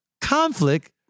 conflict